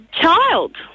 child